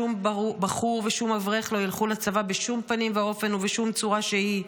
שום בחור ושום אברך לא ילכו לצבא בשום פנים ואופן ובשום צורה שהיא.